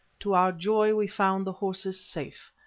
to our joy we found the horses safe,